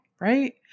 right